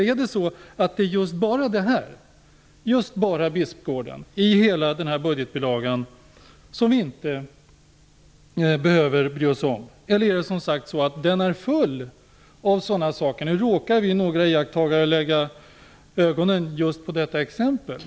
Är det bara Bispgården i hela denna budgetbilaga som vi inte behöver bry oss om, eller är den full av liknande fall? Nu råkade några iakttagare lägga ögonen just på detta exempel.